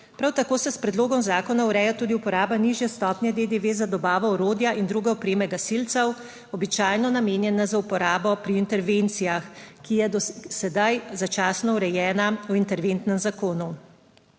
Prav tako se s predlogom zakona ureja tudi uporaba nižje stopnje DDV za dobavo orodja in druge opreme gasilcev, običajno namenjena za uporabo pri intervencijah, ki je do sedaj začasno urejena v interventnem zakonu.